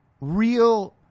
real